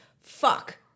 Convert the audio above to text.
fuck